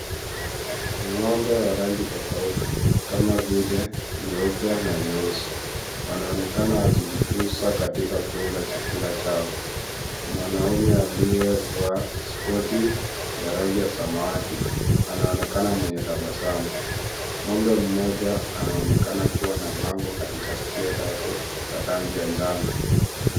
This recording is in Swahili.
Ng'ombe wa rangi tofauti kama vile nyeupe na nyeusi. Wanaonekana wakijituza katika kula chakula chao. Mwanaume aliyevaa koti ya rangi ya samawati anaonekana mwenye tabasamu. Ng'ombe mmoja anaonekana kuwa na bango katika sikio lake ya rangi ya njano.